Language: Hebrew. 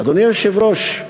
אדוני היושב-ראש,